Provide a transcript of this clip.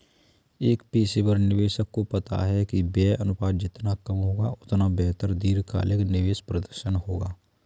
एक पेशेवर निवेशक को पता है कि व्यय अनुपात जितना कम होगा, उतना बेहतर दीर्घकालिक निवेश प्रदर्शन होगा